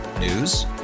News